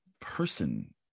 person